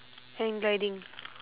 hand gliding